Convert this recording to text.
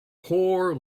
poor